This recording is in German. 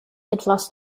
etwas